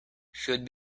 should